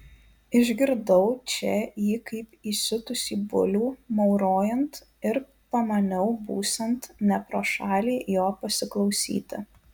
išgirdau čia jį kaip įsiutusį bulių maurojant ir pamaniau būsiant ne pro šalį jo pasiklausyti